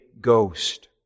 Ghost